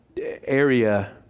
area